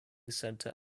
centre